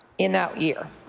in that year.